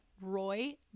Roy